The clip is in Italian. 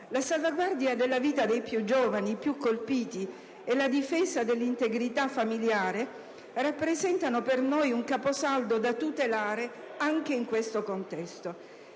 La salvaguardia della vita dei più giovani, i più colpiti, e la difesa dell'integrità familiare rappresentano per noi un caposaldo da tutelare anche in questo contesto.